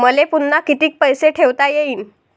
मले पुन्हा कितीक पैसे ठेवता येईन?